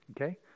Okay